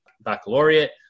baccalaureate